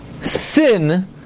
sin